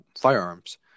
firearms